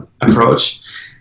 approach